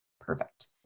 Perfect